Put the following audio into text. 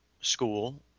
school